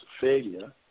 failure